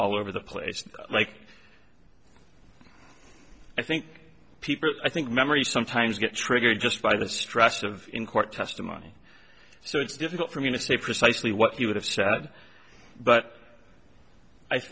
all over the place like i think people i think memory sometimes get triggered just by the stress of in court testimony so it's difficult for me to say precisely what he would have said but i